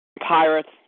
Pirates